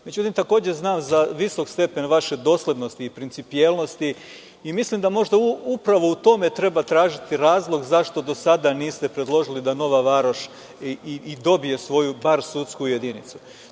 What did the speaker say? Međutim, znam za visok stepen vaše doslednosti i principijelnosti i mislim da možda upravo u tome treba tražiti razlog zašto do sada niste predložili da Nova Varoš dobije svoju, bar sudsku jedinicu.